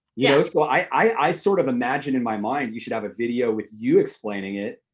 you know so i sort of imagined in my mind, you should have a video with you explaining it,